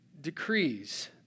decrees